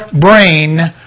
brain